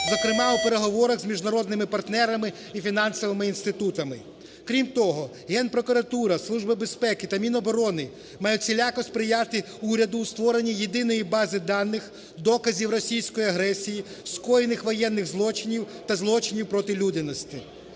зокрема у переговорах з міжнародними партнерами і фінансовими інститутами. Крім того, Генпрокуратура, Служба безпеки та Міноборони мають всіляко сприяти уряду у створенні єдиної бази даних доказів російської агресії, скоєних воєнних злочинів та злочинів проти людяності.